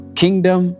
kingdom